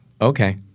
Okay